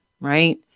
right